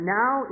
now